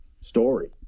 story